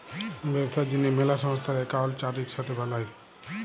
ব্যবসার জ্যনহে ম্যালা সংস্থার একাউল্ট চার্ট ইকসাথে বালায়